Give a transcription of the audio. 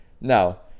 Now